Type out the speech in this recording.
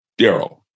Daryl